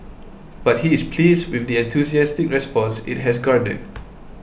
but he is pleased with the enthusiastic response it has garnered